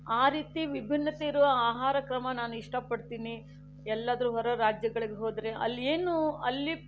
ಆ ರೀತಿ ವಿಭಿನ್ನತೆ ಇರುವ ಆಹಾರ ಕ್ರಮ ನಾನು ಇಷ್ಟಪಡ್ತೀನಿ ಎಲ್ಲಾದರೂ ಹೊರ ರಾಜ್ಯಗಳಿಗೆ ಹೋದರೆ ಅಲ್ಲೇನು ಅಲ್ಲಿ